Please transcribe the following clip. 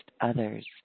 others